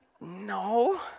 No